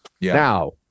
Now